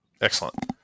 Excellent